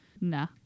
nah